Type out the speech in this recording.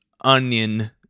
onion